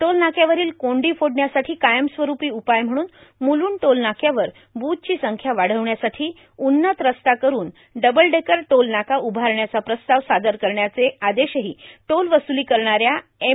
टोलनाक्यावरील कोंडी फोडण्यासाठी कायमस्वरुपी उपाय म्हणून मुलुंड टोलनाक्यावर बुथची संख्या वाढविण्यासाठी उज्जत रस्ता करुन डबलडेकर टोल नाका उभारण्याचा प्रस्ताव सादर करण्याचं आदेशही टोल वस्रुली करणाऱ्या एम